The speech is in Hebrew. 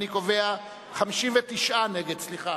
אני קובע, 59. 59 נגד, סליחה.